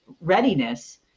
readiness